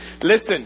listen